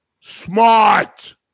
Smart